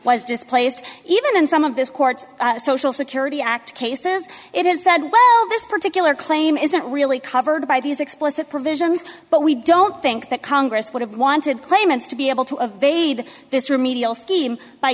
was just placed even in some of this court social security act cases it is said well this particular claim isn't really covered by these explicit provisions but we don't think that congress would have wanted claimants to be able to a vade this remedial scheme by